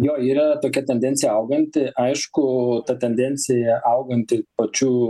jo yra tokia tendencija auganti aišku ta tendencija auganti pačių